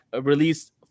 released